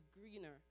greener